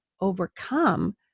overcome